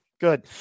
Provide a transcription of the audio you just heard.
Good